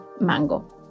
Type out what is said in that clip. mango